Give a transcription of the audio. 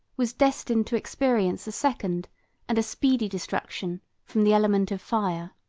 was destined to experience a second and a speedy destruction from the element of fire.